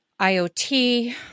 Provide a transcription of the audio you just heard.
IoT